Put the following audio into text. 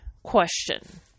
question